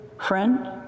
friend